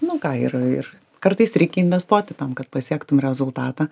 nu ką ir ir kartais reik investuoti tam kad pasiektum rezultatą